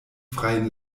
freien